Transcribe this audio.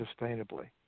sustainably